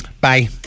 Bye